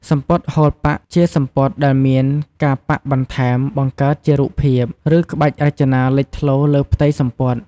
សំពត់ហូលប៉ាក់ ជាសំពត់ដែលមានការប៉ាក់បន្ថែមបង្កើតជារូបភាព ឬក្បាច់រចនាលេចធ្លោលើផ្ទៃសំពត់។